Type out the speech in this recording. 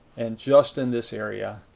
and just in this area,